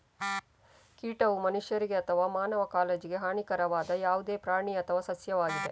ಕೀಟವು ಮನುಷ್ಯರಿಗೆ ಅಥವಾ ಮಾನವ ಕಾಳಜಿಗೆ ಹಾನಿಕಾರಕವಾದ ಯಾವುದೇ ಪ್ರಾಣಿ ಅಥವಾ ಸಸ್ಯವಾಗಿದೆ